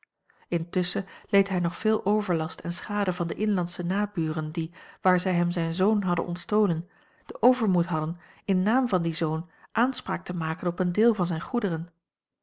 intusschen leed hij nog veel overlast en schade van de inlandsche naburen die waar zij hem zijn zoon hadden ontstolen den overmoed hadden in naam van dien zoon aanspraak te maken op een deel van zijne goederen